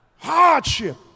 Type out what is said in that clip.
Hardship